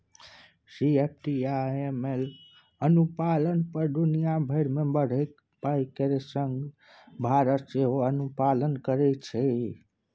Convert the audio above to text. CFT आ AML अनुपालन पर दुनिया भरि मे बढ़ैत उपाय केर संग भारत सेहो अनुपालन करैत छै